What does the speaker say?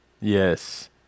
Yes